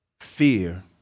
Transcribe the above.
fear